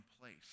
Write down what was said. place